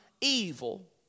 evil